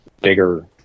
bigger